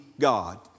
God